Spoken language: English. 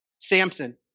Samson